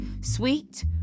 Sweet